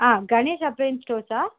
ஆ Ganesh appliances ஸ்டோர்ஸா